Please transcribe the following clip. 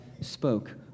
spoke